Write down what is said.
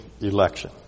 election